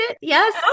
yes